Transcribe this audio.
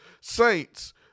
saints